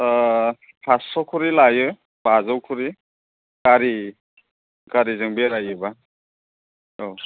पास्स' करि लायो बाजौ करि गारिजों बेरायोबा औ